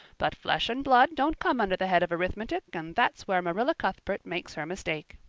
but flesh and blood don't come under the head of arithmetic and that's where marilla cuthbert makes her mistake.